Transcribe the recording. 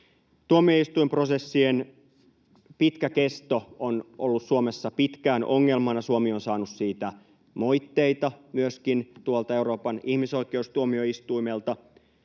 Tuomioistuinprosessien pitkä kesto on ollut Suomessa pitkään ongelmana, Suomi on saanut siitä moitteita myöskin tuolta Euroopan ihmisoikeustuomioistuimelta.